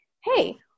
Hey